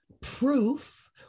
proof